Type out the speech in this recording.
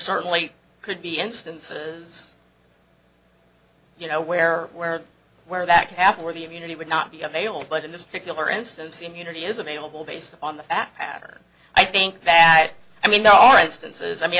certainly could be instances you know where where where that could happen where the immunity would not be available but in this particular instance the immunity is available based on the fact pattern i think that i mean there are instances i mean